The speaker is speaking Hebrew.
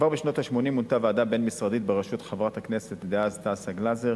כבר בשנות ה-80 מונתה ועדה בין-משרדית בראשות חברת הכנסת דאז תעסה-גלזר,